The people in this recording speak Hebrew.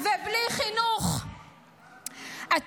--- חברי הכנסת.